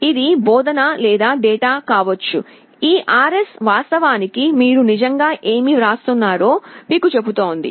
ఇది బోధన లేదా డేటా కావచ్చు ఈ RS వాస్తవానికి మీరు నిజంగా ఏమి వ్రాస్తున్నారో మీకు చెబుతుంది